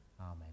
amen